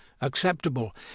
acceptable